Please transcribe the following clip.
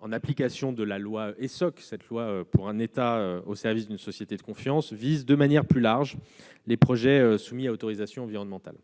en application de la loi pour un État au service d'une société de confiance, dite loi Essoc, vise de manière plus large les projets soumis à autorisation environnementale.